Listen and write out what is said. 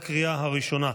לקריאה הראשונה.